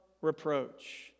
reproach